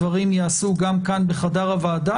דברים ייעשו גם כאן בחדר הוועדה,